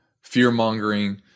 fear-mongering